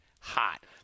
hot